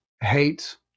hate